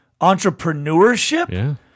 entrepreneurship